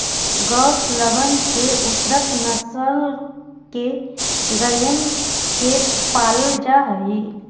गौशलबन में उन्नत नस्ल के गइयन के पालल जा हई